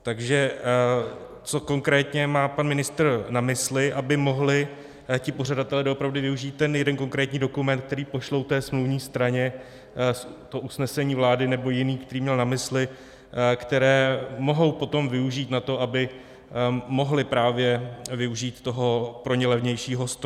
Takže co konkrétně má pan ministr na mysli, aby mohli ti pořadatelé doopravdy využít ten jeden konkrétní dokument, který pošlou smluvní straně, to usnesení vlády, nebo jiný, který měl na mysli, které mohou potom využít na to, aby mohli právě využít toho pro ně levnějšího storna.